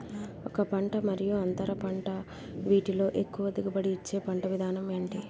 ఒక పంట మరియు అంతర పంట వీటిలో ఎక్కువ దిగుబడి ఇచ్చే పంట విధానం ఏంటి?